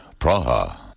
Praha